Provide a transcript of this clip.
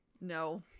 No